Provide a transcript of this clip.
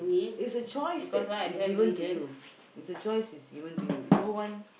it's a choice that is given to you it's a choice is given to you no one